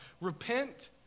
Repent